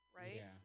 right